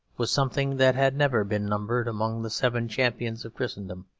was something that had never been numbered among the seven champions of christendom.